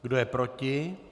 Kdo je proti?